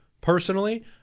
personally